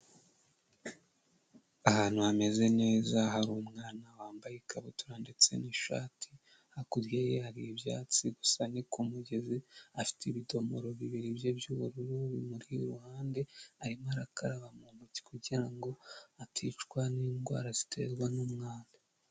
Ahantu hameze neza hari umwana wambaye ikabutura ndetse n'ishati, hakurya ye hari ibyatsi gusa, ni kumugezi afite ibidomoro bibiri bye by'ubururu bimuri iruhande, arimo arakaraba mu ntoki kugira aticwa n'indwara ziterwa n'umwanda.